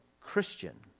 Christian